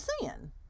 sin